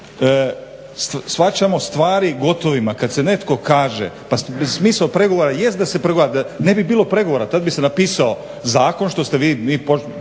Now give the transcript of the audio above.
shvaćamo stvari gotovima. Kada netko kaže pa smisao pregovora jest da se pregovara. Da ne bi bilo pregovora tada bi se napisao zakon što ste vi,